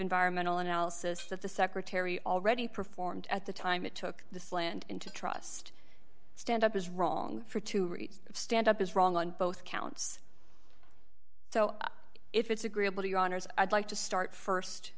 environmental analysis that the secretary already performed at the time it took the slant into trust stand up is wrong for to reach stand up is wrong on both counts so if it's agreeable to your honor's i'd like to start